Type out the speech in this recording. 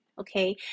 okay